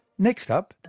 next up,